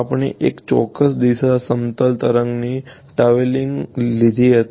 આપણે એક ચોક્કસ દિશામાં સમતલ તરંગની ટ્રાવેલિંગ લીધી હતી